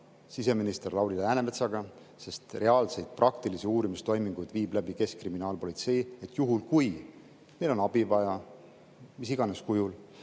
siseminister Lauri Läänemetsaga, sest reaalseid praktilisi uurimistoiminguid viib läbi Keskkriminaalpolitsei. Juhul kui neil on vaja abi mis iganes kujul,